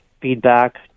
feedback